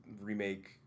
remake